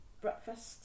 Breakfast